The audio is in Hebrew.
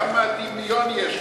כמה דמיון יש לך.